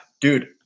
dude